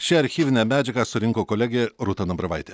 šią archyvinę medžiagą surinko kolegė rūta dambravaitė